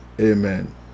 Amen